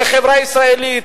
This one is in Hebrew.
לחברה הישראלית,